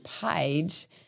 page